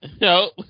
no